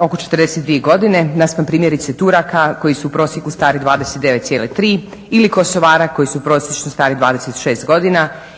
oko 42 godine naspram primjerice Turaka koji su u prosjeku stari 29,3 ili Kosovara koji su prosječno stari 26 godina